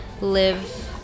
live